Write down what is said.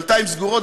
דלתיים סגורות,